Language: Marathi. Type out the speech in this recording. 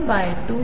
होईल